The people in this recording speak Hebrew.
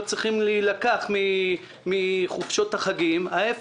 צריכים להילקח מחופשות החגים אלא להיפך.